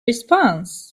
response